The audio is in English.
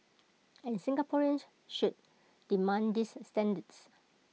and Singaporeans should demand these standards